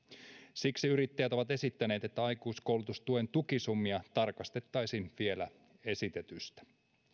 siksi yrittäjät ovat esittäneet että aikuiskoulutustuen tukisummia tarkastettaisiin vielä esitetystä